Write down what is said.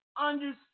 understand